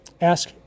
ask